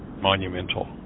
monumental